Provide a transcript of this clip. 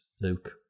Luke